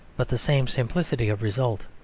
but the same simplicity of result.